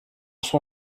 son